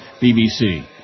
BBC